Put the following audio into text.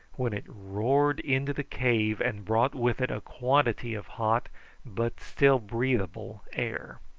when it roared into the cave and brought with it a quantity of hot but still breathable air.